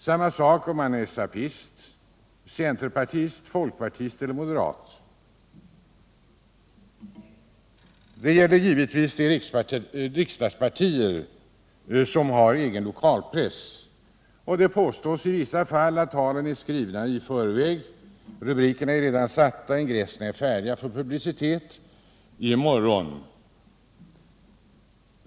Samma sak om man är SAP-ist, centerpartist, folkpartist eller moderat. Detta gäller givetvis de riksdagspartier som har egen lokalpress. Det påstås att i vissa fall är talen skrivna i förväg, rubrikerna redan satta och ingresserna färdiga för publicering följande dag.